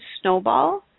snowball